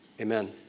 Amen